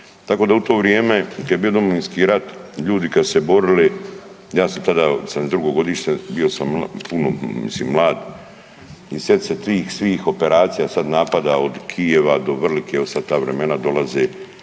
Tako da u to vrijeme kad je bio Domovinski rat, ljudi kad su se borili, ja sam tada, 72. godište, bio sam puno, mislim mlad i sjetiti se svih ti operacija, sad napada od Kijeva do Vrlike, evo sad ta vremena dolaze